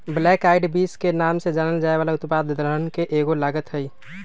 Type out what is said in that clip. black eyed beans के नाम से जानल जाये वाला उत्पाद दलहन के एगो लागत हई